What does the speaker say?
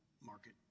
market